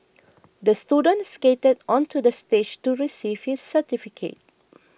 the student skated onto the stage to receive his certificate